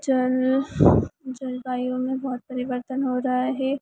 जल जलवायु में बहुत परिवर्तन हो रहा है